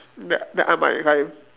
that that I might if I